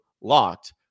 LOCKED